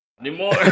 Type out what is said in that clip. anymore